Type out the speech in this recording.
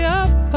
up